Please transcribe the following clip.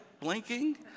blinking